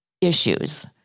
issues